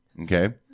Okay